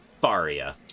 Faria